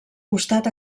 costat